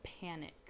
panic